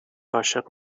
عاشق